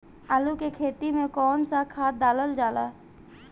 आलू के खेती में कवन सा खाद डालल जाला?